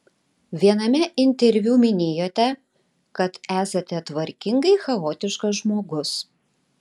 viename interviu minėjote kad esate tvarkingai chaotiškas žmogus